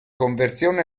conversione